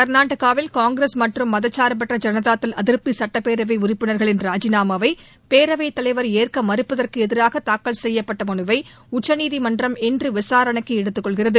கா்நாடகாவில் காங்கிரஸ் மற்றும் மத சார்பற்ற ஜனதா தள அதிருப்தி சுட்டப்பேரவை உறுப்பினர்களின் ராஜினாமாவை பேரவைத்தவைவர் ஏற்க மறுப்பதற்கு எதிராக தூக்கல் செய்யப்பட்ட மனுவை உச்சநீதிமன்றம் இன்று விசாரணைக்கு எடுத்துக்கொள்கிறது